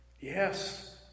Yes